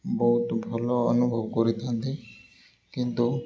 ବହୁତ ଭଲ ଅନୁଭବ କରିଥାନ୍ତି କିନ୍ତୁ